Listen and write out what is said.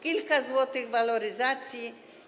Kilka złotych waloryzacji.